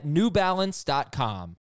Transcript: NewBalance.com